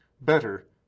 Better